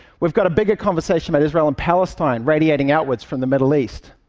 we've got a bigger conversation about israel and palestine radiating outwards from the middle east.